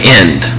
end